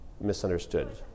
misunderstood